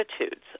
attitudes